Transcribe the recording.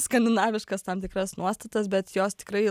skandinaviškas tam tikras nuostatas bet jos tikrai